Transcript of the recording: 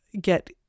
get